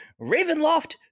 Ravenloft